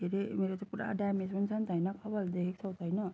के अरे मेरो चाहिँ पुरा ड्यामेज पनि छ नि त होइन कपाल देखेको छौ त होइन